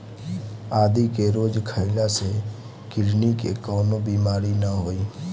आदि के रोज खइला से किडनी के कवनो बीमारी ना होई